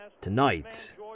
Tonight